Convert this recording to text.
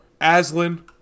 Aslan